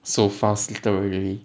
so fast literally